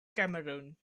cameroon